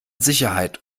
sicherheit